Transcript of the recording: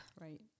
Right